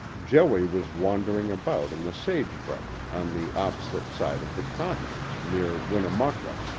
joey was wandering about in the sage-brush on the opposite side of the continent, near winnemucca,